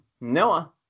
Noah